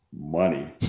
money